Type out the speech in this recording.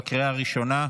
בקריאה ראשונה.